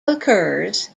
occurs